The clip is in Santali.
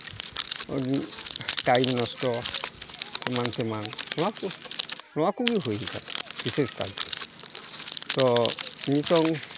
ᱴᱟᱭᱤᱢ ᱱᱚᱥᱴᱚ ᱮᱢᱟᱱᱼᱛᱮᱢᱟᱱ ᱱᱚᱱᱟᱣ ᱠᱚ ᱱᱚᱣᱟ ᱠᱚᱜᱮ ᱦᱩᱭᱟᱠᱟᱱᱟ ᱵᱤᱥᱮᱥ ᱠᱟᱭᱛᱮ ᱛᱚ ᱱᱤᱛᱳᱝ